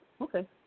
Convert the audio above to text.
Okay